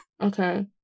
Okay